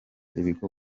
ibigo